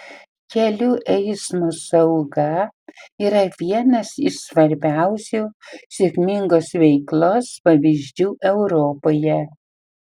kelių eismo sauga yra vienas iš svarbiausių sėkmingos veiklos pavyzdžių europoje